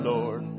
Lord